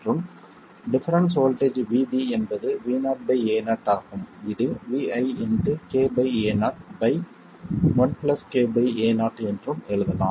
மற்றும் difference voltage Vd என்பது VoAo ஆகும் இது Vi k Ao 1 k Ao என்றும் எழுதலாம்